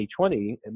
2020